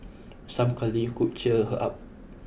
some cuddling could cheer her up